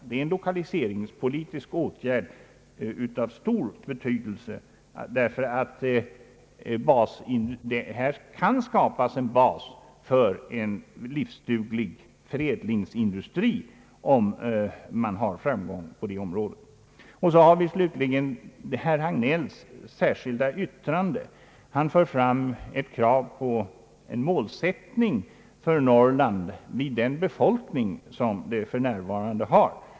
Det är en lokaliseringspolitisk åtgärd av stor betydelse, därför att här kan skapas en bas för en livsduglig förädlingsindustri om man har framgång på det området. Slutligen har vi herr Hagnells särskilda yttrande, där han för fram ett krav på en målsättning för Norrland vid den befolkning som landsdelen för närvarande har.